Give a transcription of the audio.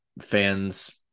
fans